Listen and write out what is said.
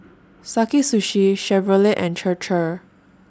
Sakae Sushi Chevrolet and Chir Chir